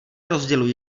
rozdělují